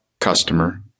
customer